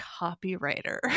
copywriter